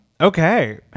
Okay